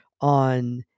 on